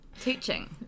Teaching